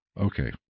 Okay